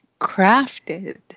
crafted